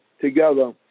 together